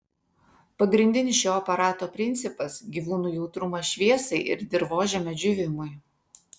pagrindinis šio aparato principas gyvūnų jautrumas šviesai ir dirvožemio džiūvimui